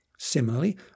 Similarly